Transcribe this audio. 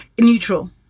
neutral